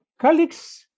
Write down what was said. colleagues